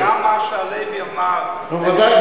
גם מה שהלוי אמר, נו, ודאי.